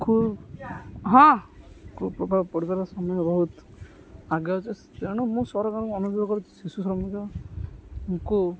ଖୁବ୍ ହଁ ଖୁବ୍ ପ୍ରଭାବ ପଡ଼ିବାର ସମୟ ବହୁତ ଆଗଉଛି ତେଣୁ ମୁଁ ସରକାରଙ୍କୁ ଅନୁଭବ କରୁଛି ଶିଶୁ ଶ୍ରମିକଙ୍କୁ